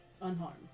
Unharmed